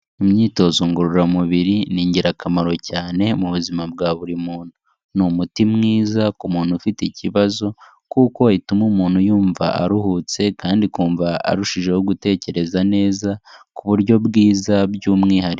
Imyitozo ngororamubiri ni ingirakamaro cyane mu buzima bwa buri muntu, ni umuti mwiza ku muntu ufite ikibazo, kuko ituma umuntu yumva aruhutse kandi akumva arushijeho gutekereza neza ku buryo bwiza by'umwihariko.